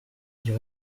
dit